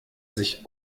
sich